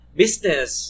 business